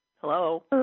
Hello